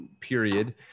period